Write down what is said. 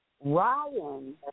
Ryan